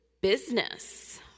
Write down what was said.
business